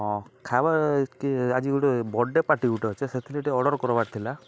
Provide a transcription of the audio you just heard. ହଁ ଖାଇବାର୍ ଆଜି ଗୁଟେ ବର୍ଥଡ଼େ ପାର୍ଟି ଗୁଟେ ଅଛି ସେଥିର୍ଲାଗି ଟିକେ ଅର୍ଡ଼ର୍ କର୍ବାର୍ ଥିଲା